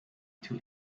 two